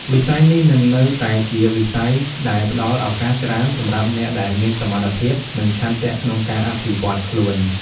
វិស័យនេះនឹងនៅតែជាវិស័យដែលផ្តល់ឱកាសច្រើនសម្រាប់អ្នកដែលមានសមត្ថភាព និងឆន្ទៈក្នុងការអភិវឌ្ឍខ្លួន។